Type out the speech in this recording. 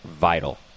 vital